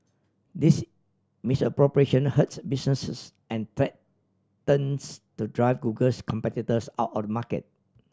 this misappropriation hurts businesses and to drive Google's competitors out of market